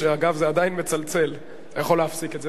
אגב, זה עדיין מצלצל, אתה יכול להפסיק את זה.